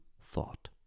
thought